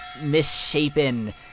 misshapen